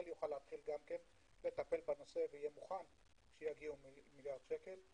יוכל לטפל בנושא ויהיה מוכן שיגיעו מיליארד שקל,